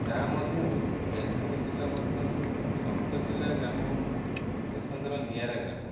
ତା ମଧ୍ୟରୁ ଯାଜପୁର ଜିଲ୍ଲା ମଧ୍ୟରୁ ଶଙ୍ଖଚିଲ୍ଲା ଗ୍ରାମ ସ୍ୱତନ୍ତ୍ର ନିଆରା ଗ୍ରାମ